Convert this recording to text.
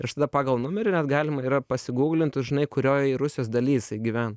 ir aš tada pagal numerį net galima yra pasiguglint tu žinai kurioj rusijos daly jisai gyven